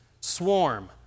swarm